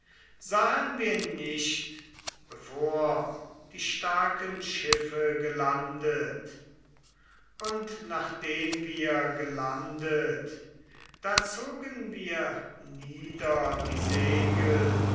sahen wir nicht bevor die starken schiffe gelandet und nachdem wir gelandet da zogen wir nieder die segel